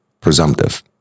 presumptive